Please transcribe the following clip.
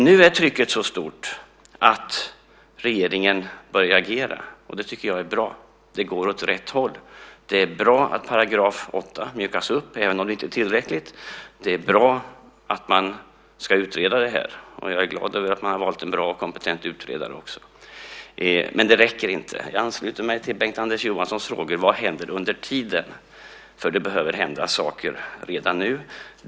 Nu är trycket så stort att regeringen börjar agera. Det tycker jag är bra. Det går åt rätt håll. Det är bra att § 28 mjukas upp även om det inte är tillräckligt. Det är bra att man ska utreda det här, och jag är glad att man har valt en bra, kompetent utredare också. Men det räcker inte. Jag ansluter mig till Bengt-Anders Johanssons frågor. Vad händer under tiden? För det behöver hända saker redan nu.